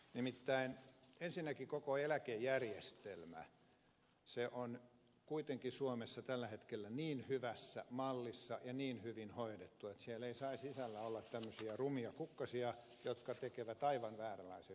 nimittäin ensinnäkin koko eläkejärjestelmä on kuitenkin suomessa tällä hetkellä niin hyvässä mallissa ja niin hyvin hoidettu että siellä ei saisi sisällä olla tällaisia rumia kukkasia jotka tekevät aivan vääränlaisen fiilingin koko muotoutuvaan eläkkeeseen